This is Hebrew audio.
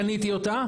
קניתי אותה.